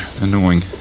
annoying